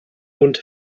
und